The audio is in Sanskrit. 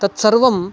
तत्सर्वं